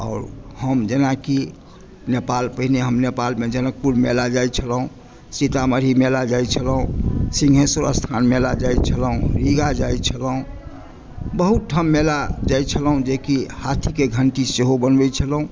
आओर हम जेनाकि नेपाल पहिने हम नेपाल जनकपुर मेला जाइत छलहुँ सीतामढ़ी मेला जाइत छलहुँ सिँघेश्वर स्थान मेला जाइत छलहुँ रीगा जाइत छलहुँ बहुत ठाम मेला जाइत छलहुँ जे कि हाथीकेँ घण्टी सेहो बनबै छलहुँ